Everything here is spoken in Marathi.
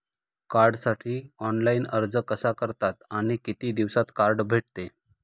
कार्डसाठी ऑनलाइन अर्ज कसा करतात आणि किती दिवसांत कार्ड भेटते?